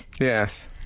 Yes